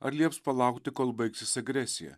ar lieps palaukti kol baigsis agresija